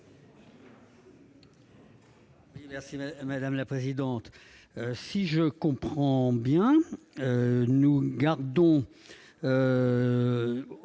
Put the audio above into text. Merci madame la présidente, si je comprends bien, nous gardons